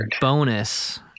bonus